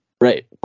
Right